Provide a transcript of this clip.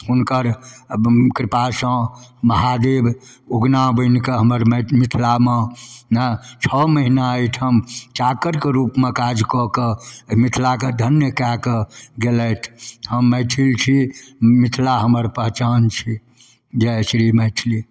हुनकर अब कृपासँ महादेव उगना बनिकऽ हमर मैथ मिथिलामे छओ महिना एहिठाम चाकरके रूपमे काज कऽ कऽ मिथिलाके धन्य कऽ कऽ गेलथि हम मैथिल छी मिथिला हमर पहचान छी जयश्री मैथिली